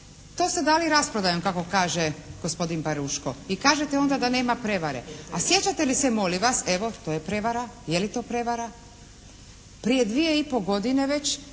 to ste dali rasprodajom kako kaže gospodin Peruško, i kažete onda da nema prijevare. A sjećate li ste molim vas, evo to je prijevara, je li to prijevara prije dvije i pol godine već